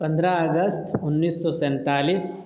پندرہ اگست انّیس سو سینتالیس